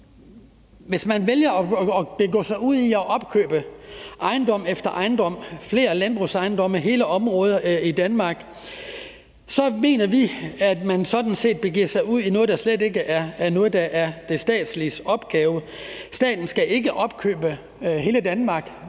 hvis man vælger at begive sig ud i at opkøbe ejendom efter ejendom – flere landbrugs ejendomme, hele områder i Danmark – mener vi, at man sådan set begiver sig ud i noget, der slet ikke er statens opgave. Staten skal ikke opkøbe hele Danmark.